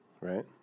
right